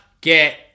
get